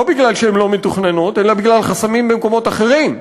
לא בגלל שהן לא מתוכננות בגלל חסמים במקומות אחרים,